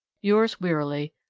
yours wearily,